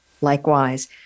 Likewise